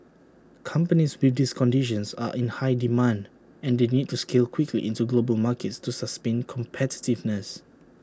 companies with these conditions are in high demand and they need to scale quickly into global markets to sustain competitiveness